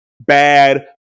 bad